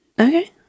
Okay